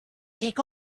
take